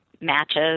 matches